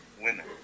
women